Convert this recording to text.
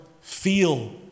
feel